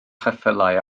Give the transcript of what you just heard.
cheffylau